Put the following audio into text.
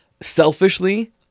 Selfishly